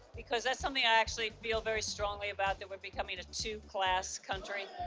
because that's something i actually feel very strongly about that. we're becoming a two-class country,